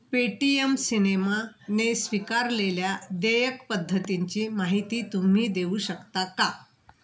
Paytm cinema ने स्वीकारलेल्या देयक पद्धतींची माहिती तुम्ही देऊ शकता का